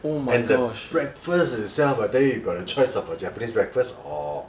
and the breakfast itself I tell you you got the choice of a japanese breakfast or